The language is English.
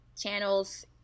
channels